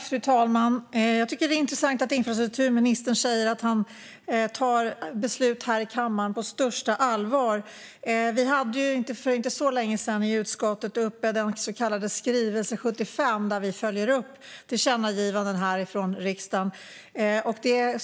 Fru talman! Det är intressant att infrastrukturministern säger att han tar beslut här i kammaren på största allvar. Vi hade för inte så länge sedan i utskottet uppe den så kallade skrivelse 75 där vi följer upp tillkännagivanden från riksdagen.